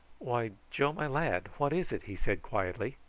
why, joe, my lad, what is it? he said quietly.